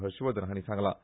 हर्षवर्धन हांणी सांगलां